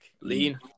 lean